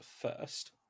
first